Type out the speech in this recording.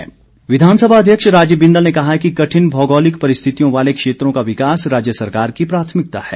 बिंदल विधानसभा अध्यक्ष राजीव बिंदल ने कहा है कि कठिन भौगोलिक परिस्थितियों वाले क्षेत्रों का विकास राज्य सरकार की प्राथमिकता है